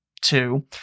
two